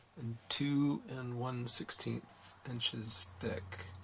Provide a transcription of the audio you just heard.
and two and one sixteen inches thick.